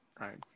right